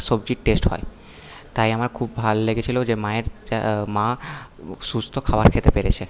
সবজির টেস্ট হয় তাই আমার খুব ভাল লেগেছিলো যে মায়ের মা সুস্থ খাবার খেতে পেরেছে